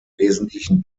wesentlichen